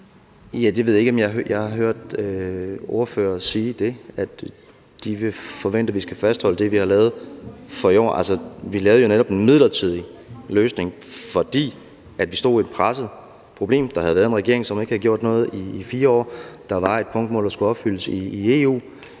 jeg har hørt ordførere sige, altså at de vil forvente, at vi skal fastholde det, vi har lavet for i år. Altså vi lavede jo netop en midlertidig løsning, fordi vi stod med et problem. Der havde været en regering, som ikke havde gjort noget i 4 år, der var et punktmål, der skulle opfyldes i EU.